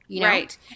Right